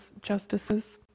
Justices